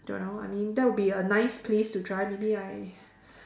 don't know I mean that would be a nice place to try maybe I